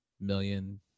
million